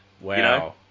Wow